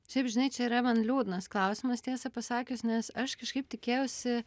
šiaip žinai čia yra man liūdnas klausimas tiesą pasakius nes aš kažkaip tikėjausi